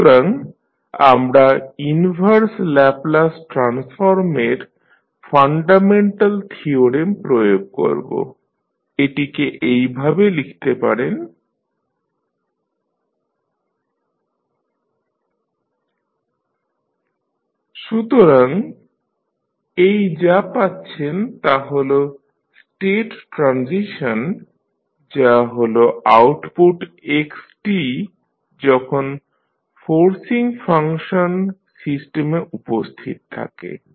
সুতরাং আমরা inverse Laplace ট্রান্সফর্মের ফান্ডামেন্টাল থিওরেম প্রয়োগ করব এটিকে এভাবে লিখতে পারেন 0tt τBudτt≥0 সুতরাং এই যা পাচ্ছেন তা হল স্টেট ট্রানজিশন যা হল আউটপুট xt যখন ফোর্সিং ফাংশন সিস্টেমে উপস্থিত থাকে